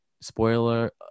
spoiler